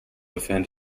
defend